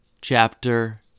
Chapter